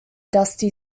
dusty